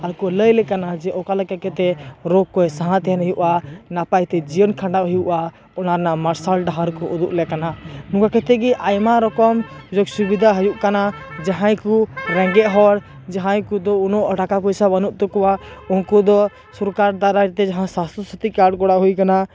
ᱟᱨ ᱠᱚ ᱞᱟᱹᱭ ᱟᱞᱮ ᱠᱟᱱᱟ ᱡᱮ ᱚᱠᱟ ᱞᱮᱠᱟ ᱠᱟᱛᱮᱫ ᱨᱳᱜ ᱠᱷᱚᱡ ᱥᱟᱦᱟ ᱛᱟᱦᱮᱸᱱ ᱦᱩᱭᱩᱜᱼᱟ ᱱᱟᱯᱟᱭ ᱛᱮ ᱡᱤᱭᱚᱱ ᱠᱷᱟᱰᱟᱣ ᱦᱩᱭᱩᱜᱼᱟ ᱚᱱᱟ ᱨᱮᱱᱟᱜ ᱢᱟᱨᱥᱟᱞ ᱰᱟᱦᱟᱨ ᱠᱚ ᱩᱫᱩᱜ ᱟᱞᱮ ᱠᱟᱱᱟ ᱱᱚᱠᱟ ᱠᱟᱛᱮ ᱜᱮ ᱟᱭᱢᱟ ᱨᱚᱠᱚᱢ ᱥᱩᱡᱳᱠ ᱥᱩᱵᱤᱫᱟ ᱦᱩᱭᱩᱜ ᱠᱟᱱᱟ ᱡᱟᱦᱟᱭ ᱠᱩ ᱨᱮᱜᱮᱡᱽ ᱦᱚᱲ ᱡᱟᱦᱟᱭ ᱠᱩᱫᱚ ᱩᱱᱟᱜ ᱴᱟᱠᱟ ᱯᱚᱭᱥᱟ ᱵᱟᱹᱱᱩᱜ ᱛᱟᱠᱚᱭᱟ ᱩᱱᱠᱩ ᱫᱚ ᱥᱚᱨᱠᱟᱨ ᱫᱟᱨᱟᱡ ᱛᱮ ᱡᱟᱦᱟᱸ ᱥᱟᱥᱛᱷᱚᱥᱟᱛᱷᱤ ᱠᱟᱨᱰ ᱠᱚᱨᱟᱣ ᱦᱩᱭᱟᱠᱟᱱᱟ